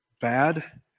bad